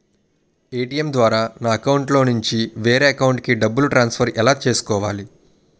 ATM ద్వారా నా అకౌంట్లోనుంచి వేరే అకౌంట్ కి డబ్బులు ట్రాన్సఫర్ ఎలా చేసుకోవాలి?